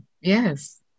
Yes